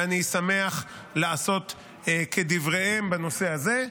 ואני שמח לעשות כדבריהם בנושא הזה.